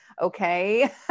Okay